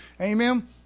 Amen